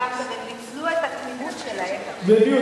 והם גם ניצלו את התמימות שלהם, בדיוק.